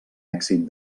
èxit